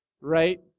Right